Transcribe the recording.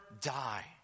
die